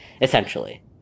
essentially